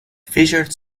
featured